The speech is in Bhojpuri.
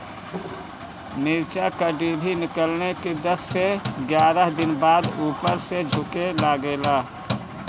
मिरचा क डिभी निकलले के दस से एग्यारह दिन बाद उपर से झुके लागेला?